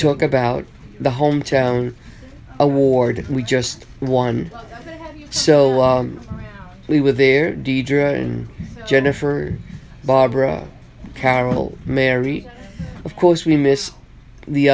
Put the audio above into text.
talk about the hometown award we just won so we were there deidre and jennifer barbara carol mary of course we miss the